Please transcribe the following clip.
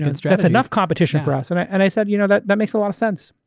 and it's yeah it's enough competition for us. and i and i said you know that that makes a lot of sense.